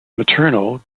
maternal